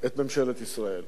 את ממשלת ישראל.